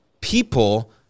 people